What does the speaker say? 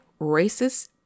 racist